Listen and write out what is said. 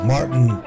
Martin